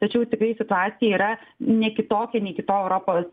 tačiau tikrai situacija yra ne kitokia nei kitų europos